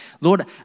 Lord